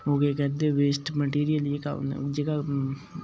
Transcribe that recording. ओह् केह् करदे वेस्ट मटीरियल जेह्का जेह्का